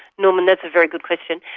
norman, that's a very good question.